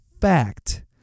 fact